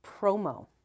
Promo